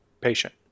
patient